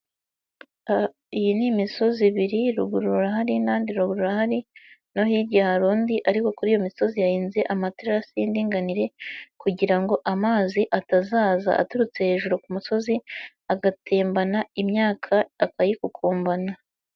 Iyi ni imisozi ibiri ruguru urahari n'ahandi ruguru urahari no hirya hari undi ariko kuri iyo misozi hahinze amaterasi y'indinganire kugira ngo amazi atazaza aturutse hejuru ku musozi, agatembana imyaka akayikukumbana.